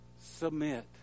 submit